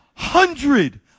Hundred